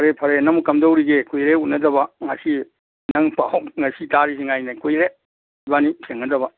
ꯐꯔꯦ ꯐꯔꯦ ꯅꯪꯕꯨ ꯀꯝꯗꯧꯔꯤꯒꯦ ꯀꯨꯏꯔꯦ ꯎꯅꯗꯕ ꯉꯁꯤ ꯅꯪ ꯄꯥꯎ ꯉꯁꯤ ꯇꯥꯔꯤꯁꯤ ꯉꯥꯏꯅꯦ ꯀꯨꯏꯔꯦ ꯏꯕꯥꯟꯅꯤ ꯊꯦꯡꯅꯗꯕ